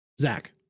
Zach